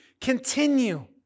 continue